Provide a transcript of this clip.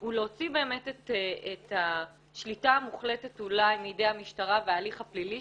הוא להוציא את השליטה המוחלטת אולי מידי המשטרה וההליך הפלילי,